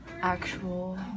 actual